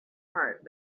heart